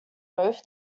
both